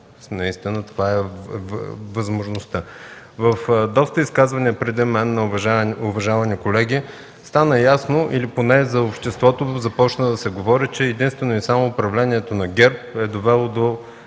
спасени. Това е възможността. От доста изказвания преди мен на уважавани колеги стана ясно или поне за обществото започна да се говори, че единствено и само управлението на ГЕРБ е довело до